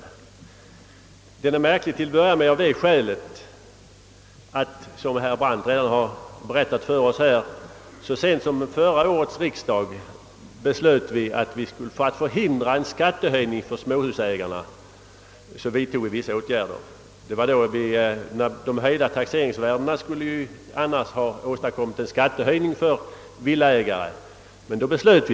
Till att börja med är den märklig av det skälet att — som herr Brandt berättade för OSS — vi så sent som vid förra årets riksdag fattade beslut om vissa åtgärder för att förhindra att småhusägarna drabbades av en skattehöjning. De höjda taxeringsvärdena skulle annars ha åstadkommit en skattehöjning för villaägarna.